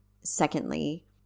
Secondly